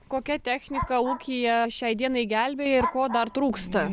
kokia technika ūkyje šiai dienai gelbėja ir ko dar trūksta